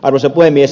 arvoisa puhemies